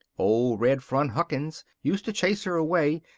old red front huckins used to chase her away,